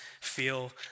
feel